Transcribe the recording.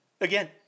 Again